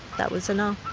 that was enough.